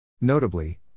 Notably